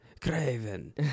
Craven